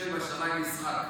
"יושב בשמים ישחק".